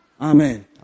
amen